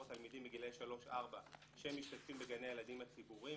התלמידים מגילאי 3-4 שמשתתפים בגני הילדים הציבוריים,